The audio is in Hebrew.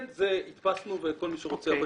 כן, את זה הדפסנו וכל מי שרוצה יכול להסתכל.